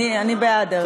אני בעד, דרך אגב.